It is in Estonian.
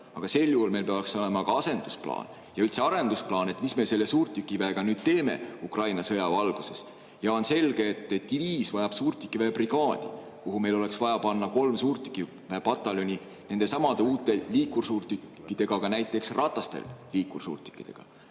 aga sel juhul meil peaks olema ka asendusplaan ja üldse arendusplaan, mis me selle suurtükiväega nüüd teeme Ukraina sõja valguses. On selge, et diviis vajab suurtükiväebrigaadi, kuhu meil oleks vaja panna kolm suurtükiväepataljoni nendesamade uute liikursuurtükkidega, ka näiteks ratastel liikursuurtükkidega.